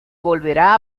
volverá